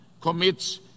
commits